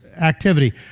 activity